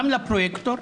גם לפרויקטור,